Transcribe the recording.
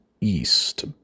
East